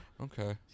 Okay